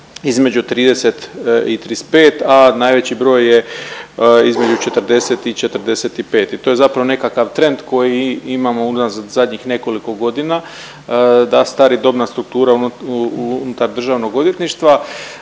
između 30 i 35, a najveći broj je između 40 i 45 i to je zapravo nekakav trend koji imamo unazad zadnjih nekoliko godina da stari dobna struktura unutar državnog odvjetništva.